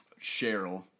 Cheryl